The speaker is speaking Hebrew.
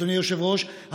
אדוני היושב-ראש,